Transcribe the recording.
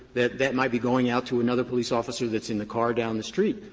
that that might be going out to another police officer that's in the car down the street.